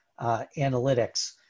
analytics